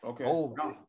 Okay